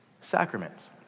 sacraments